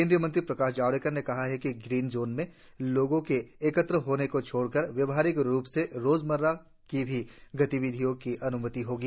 केन्द्रीय मंत्री प्रकाश जावड़ेकर ने कहा कि ग्रीन क्षेत्रों में लोगों के एकत्र होने को छोड़कर व्यवहारिक रूप से रोजमर्रा की सभी गतिविधियों की अन्मति होगी